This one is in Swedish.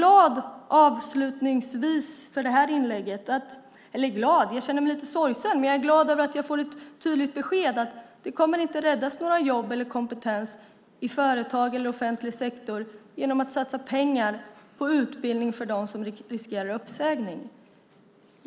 Avslutningsvis, i det här inlägget, känner jag mig lite sorgsen, men jag är glad över att jag får ett tydligt besked om att det inte kommer att räddas några jobb eller någon kompetens i företag eller offentlig sektor genom att pengar satsas på utbildning för dem som riskerar uppsägning.